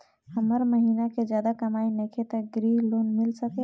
हमर महीना के ज्यादा कमाई नईखे त ग्रिहऽ लोन मिल सकेला?